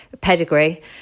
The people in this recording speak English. pedigree